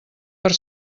per